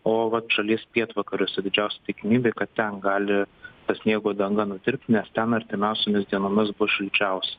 o vat šalies pietvakariuose didžiausia tikimybė kad ten gali tą sniego danga nutirpt nes ten artimiausiomis dienomis bus šilčiausia